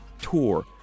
tour